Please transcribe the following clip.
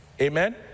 amen